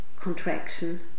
contraction